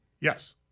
Yes